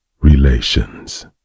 relations